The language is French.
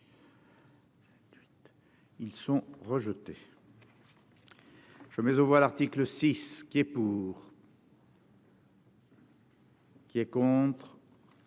Ils sont rejetés. Je mais on voit l'article 6 qui est pour. Qui est contre,